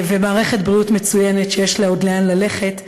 ומערכת בריאות מצוינת שיש לה עוד לאן ללכת,